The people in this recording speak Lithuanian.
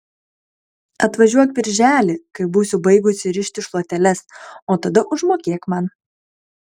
atvažiuok birželį kai būsiu baigusi rišti šluoteles o tada užmokėk man